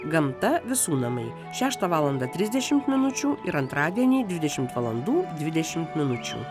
gamta visų namai šeštą valandą trisdešimt minučių ir antradienį dvidešimt valandų dvidešimt minučių